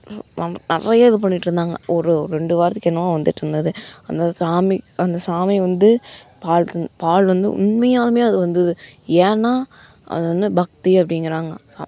நிறைய இது பண்ணிட்டிருந்தாங்க ஒரு ரெண்டு வாரத்துக்கு என்னவோ வந்துட்டு இருந்தது அந்த சாமி அந்த சாமி வந்து பால் தந் பால் வந்து உண்மையாலுமே அது வந்தது ஏன்னா அது வந்து பக்தி அப்படிங்கிறாங்க